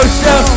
show